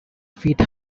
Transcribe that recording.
feet